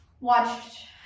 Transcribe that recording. Watched